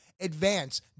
advance